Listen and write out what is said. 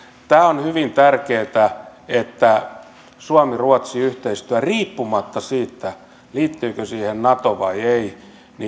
tämä on hyvin tärkeätä että suomi ruotsi yhteistyö riippumatta siitä liittyykö siihen nato vai ei